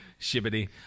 shibbity